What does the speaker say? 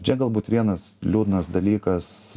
čia galbūt vienas liūdnas dalykas